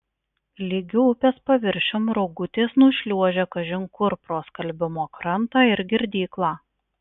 lygiu upės paviršium rogutės nušliuožia kažin kur pro skalbimo krantą ir girdyklą